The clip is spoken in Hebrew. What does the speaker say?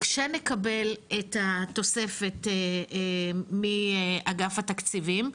כשנקבל את התוספת מאגף התקציבים,